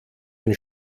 ein